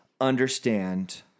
Understand